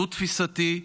זו תפיסתי,